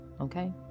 Okay